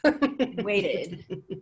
waited